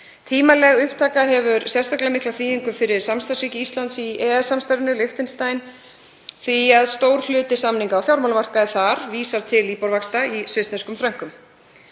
Tímanleg upptaka hefur sérstaklega mikla þýðingu fyrir samstarfsríki Íslands í EES-samstarfinu, Liechtenstein, því að stór hluti samninga á fjármálamarkaði þar vísar til LIBOR-vaxta í svissneskum frönkum.